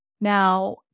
Now